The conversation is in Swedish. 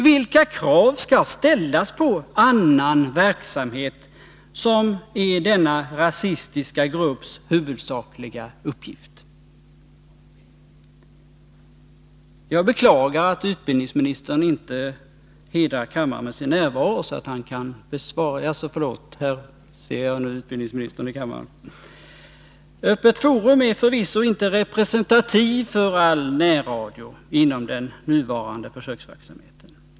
Vilka krav skall ställas på annan verksamhet som skall vara denna rasistiska grupps huvudsakliga uppgift? Öppet Forum är förvisso inte representativt för all närradio inom den nuvarande försöksverksamheten.